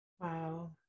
wow